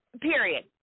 period